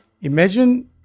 imagine